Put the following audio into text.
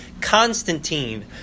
Constantine